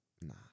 Nah